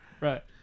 Right